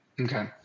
Okay